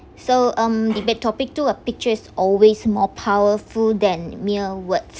so um debate topic two a picture is always more powerful than mere words